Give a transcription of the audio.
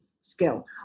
skill